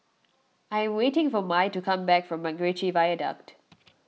I am waiting for Mai to come back from MacRitchie Viaduct